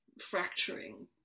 fracturing